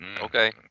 Okay